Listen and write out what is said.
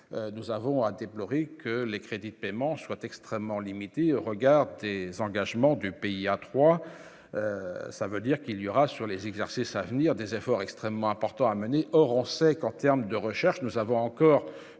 nous avons à déplorer que les crédits de paiement soit extrêmement limitée au regard des engagements du pays à 3, ça veut dire qu'il y aura sur les exercices à venir des efforts extrêmement importants à mener, or on sait qu'en terme de recherche, nous avons encore